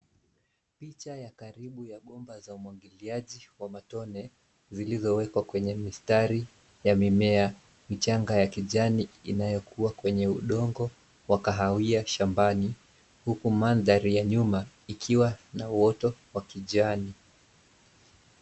Picha ya karibu ya bomba za umwagiliaji wa matone, zilizowekwa kwenye mistari ya mimea michanga ya kijani, inayokua kwenye udongo wa kahawia shambani, huku mandhari ya nyuma ikiwa na uoto wa kijani.